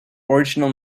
original